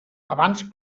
abans